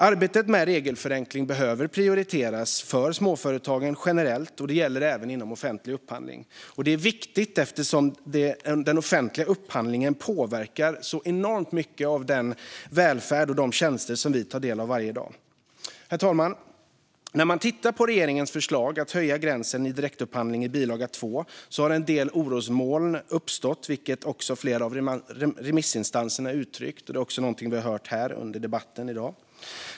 Arbetet med regelförenkling behöver prioriteras för småföretagen generellt, och det gäller även inom offentlig upphandling. Det är viktigt, eftersom den offentliga upphandlingen påverkar så enormt mycket av den välfärd och de tjänster som vi tar del av varje dag. Herr talman! När man tittat på regeringens förslag i bilaga 2 om att höja gränsen för direktupphandling har en del orosmoln uppstått, vilket också flera av remissinstanserna uttryckt. Det är även någonting vi har hört här under debatten.